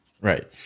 Right